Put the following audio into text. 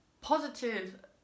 positive